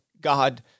God